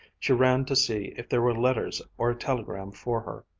she ran to see if there were letters or a telegram for her.